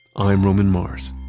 i'm roman mars.